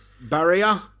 Barrier